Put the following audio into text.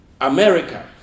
America